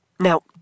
Now